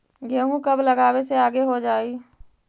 गेहूं कब लगावे से आगे हो जाई?